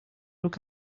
look